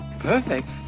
perfect